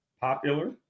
popular